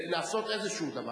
לעשות איזשהו דבר?